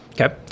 Okay